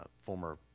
former